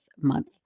Month